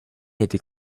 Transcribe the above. était